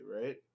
right